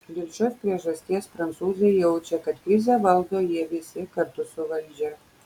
dėl šios priežasties prancūzai jaučia kad krizę valdo jie visi kartu su valdžia